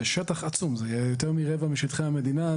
זה שטח עצום, יותר מרבע משטחי המדינה.